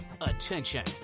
attention